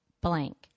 blank